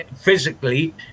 physically